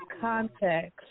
context